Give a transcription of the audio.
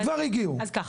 אז ככה,